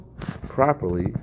properly